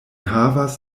havas